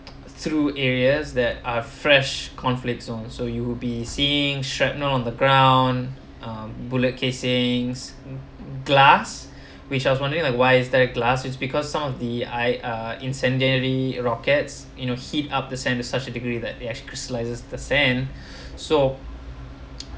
through areas that are fresh conflict zones so you'll be seeing shrapnel on the ground um bullet casings glass which I was wondering like why is that glass it's because some of the I uh incendiary rockets you know heat up the sand to such a degree that it actually crystallizes the sand so